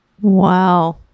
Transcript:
Wow